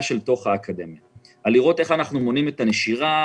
תוך האקדמיה על מנת לראות איך אנחנו מונעים את הנשירה.